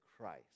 Christ